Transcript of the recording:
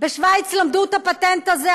בשווייץ למדו את הפטנט הזה,